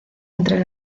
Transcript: entre